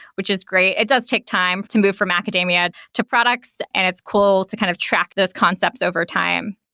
which is great. it does take time to move from academia to products, and it's cool to kind of track those concept over time.